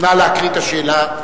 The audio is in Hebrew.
נא להקריא את השאלה,